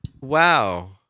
Wow